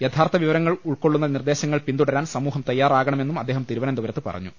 യഥാർത്ഥ വിവരങ്ങൾ ഉൾക്കൊള്ളുന്ന നിർദ്ദേശങ്ങൾ പിന്തുടരാൻ സമൂഹം തയ്യാറാകണമെന്നും അദ്ദേഹം തിരുവനന്തപുരത്ത് പറഞ്ഞു